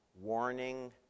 warning